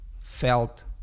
felt